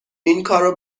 اینکارو